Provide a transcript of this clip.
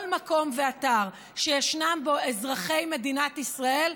כל מקום ואתר שישנם בו אזרחי מדינת ישראל,